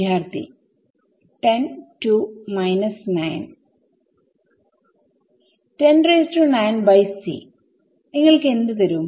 വിദ്യാർത്ഥി 10 to minus 9 നിങ്ങൾക്ക് എന്ത് തരും